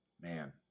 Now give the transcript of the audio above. man